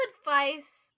advice